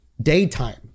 daytime